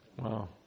Wow